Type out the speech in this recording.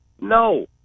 No